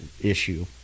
issue